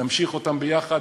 נמשיך אותן ביחד,